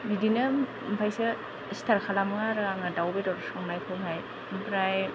बिदिनो ओमफ्रायसो स्टार्ट खालामो आरो आं दाउ बेदर संनायखौहाय ओमफ्राय